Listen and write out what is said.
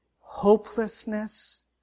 hopelessness